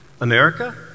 America